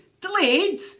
delayed